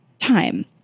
time